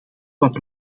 wat